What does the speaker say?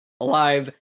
alive